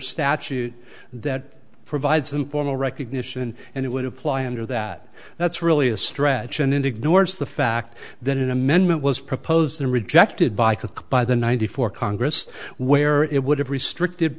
statute that provides them formal recognition and it would apply under that that's really a stretch an indignant words the fact that an amendment was proposed and rejected by cook by the ninety four congress where it would have restricted